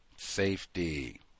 Safety